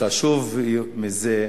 חשוב מזה,